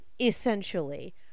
essentially